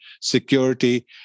security